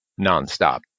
nonstop